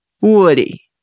Woody